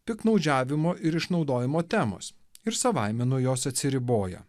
piktnaudžiavimo ir išnaudojimo temos ir savaime nuo jos atsiriboja